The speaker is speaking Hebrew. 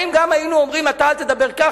האם גם אנחנו היינו אומרים: אתה אל תדבר כך,